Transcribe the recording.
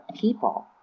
people